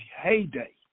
heyday